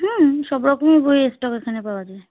হুম সব রকমের বই স্টক এখানে পাওয়া যায়